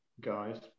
guys